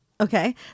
Okay